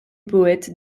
poète